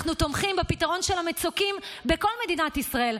אנחנו תומכים בפתרון של המצוקים בכל מדינת ישראל,